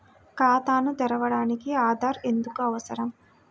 ఖాతాను తెరవడానికి ఆధార్ ఎందుకు అవసరం?